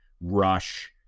rush